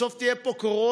בסוף תהיה פה קורונה